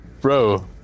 bro